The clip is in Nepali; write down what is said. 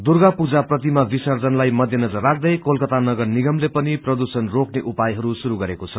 दुर्गा पूजा प्रतिमा विर्सजनलाई मध्यनजर राख्दै कोलकाता नगर निगमले पनि प्रदूषण रोक्ने उपायहरू शुरू गरेको छ